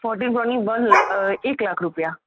fourteen પ્રોની one અ એક લાખ રૂપિયા